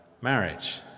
marriage